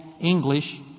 English